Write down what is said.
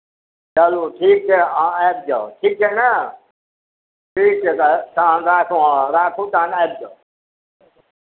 चलू ठीक छै अहाँ आबि जाउ ठीक छै ने ठीक छै तखन राखू अहाँ राखू तखन आबि जाउ